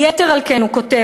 "יתר על כן" הוא כותב,